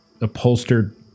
upholstered